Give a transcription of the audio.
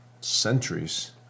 centuries